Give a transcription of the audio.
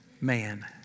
man